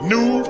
New